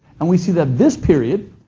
and we see that this period,